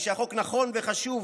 היא שהחוק נכון וחשוב,